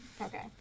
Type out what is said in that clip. Okay